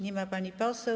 Nie ma pani poseł.